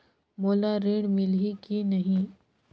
मोला ऋण मिलही की नहीं?